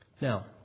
Now